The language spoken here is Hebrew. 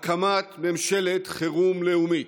הקמת ממשלת חירום לאומית.